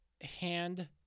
hand